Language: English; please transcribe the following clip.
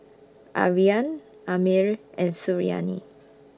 Aryan Ammir and Suriani